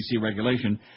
regulation